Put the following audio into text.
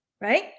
Right